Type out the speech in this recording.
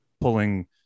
pulling